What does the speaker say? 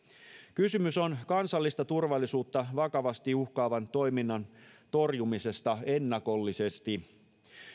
kysymys on kansallista turvallisuutta vakavasti uhkaavan toiminnan torjumisesta ennakollisesti